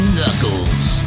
Knuckles